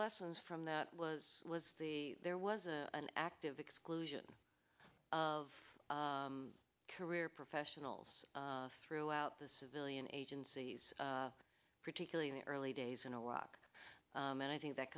lessons from that was was the there was a an active exclusion of career professionals throughout the civilian agencies particularly in the early days in iraq and i think that